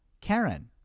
karen